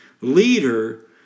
leader